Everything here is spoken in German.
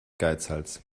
geizhals